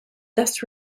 thus